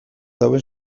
duen